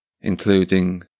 including